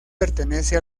pertenece